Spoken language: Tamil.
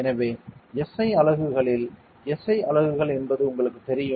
எனவே SI அலகுகளில் SI அலகுகள் என்பது உங்களுக்குத் தெரியும்